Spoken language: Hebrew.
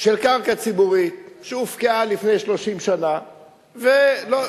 של קרקע ציבורית שהופקעה לפני 30 שנה ולא,